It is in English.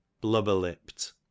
blubber-lipped